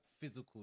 physical